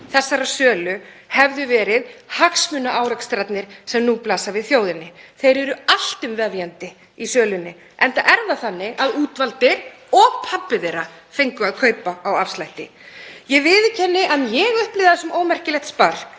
þessarar sölu hefðu verið hagsmunaárekstrarnir sem nú blasa við þjóðinni. Þeir eru alltumvefjandi í sölunni, enda er það þannig að útvaldir og pabbi þeirra fengu að kaupa á afslætti. Ég viðurkenni að ég upplifði það sem ómerkilegt spark